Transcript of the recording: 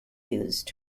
used